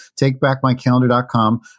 takebackmycalendar.com